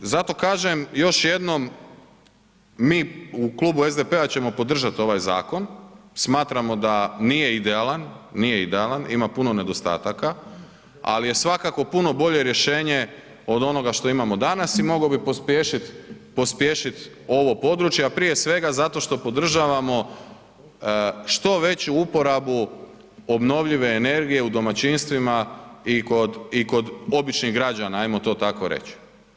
Zato kažem još jednom, mi u Klubu SDP-a ćemo podržati ovaj zakon, smatramo da nije idealan, ima puno nedostataka, ali je svakako puno bolje rješenje od onoga što imamo danas i mogao bi pospješiti ovo područje, a prije svega zato što podržavamo što veću uporabu obnovljive energije u domaćinstvima i kod običnih građana, hajmo to tako reći.